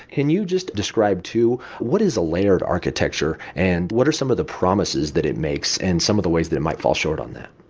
can you just describe too what i a layered architecture and what are some of the promises that it makes and some of the ways that it might fall short on that?